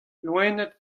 loened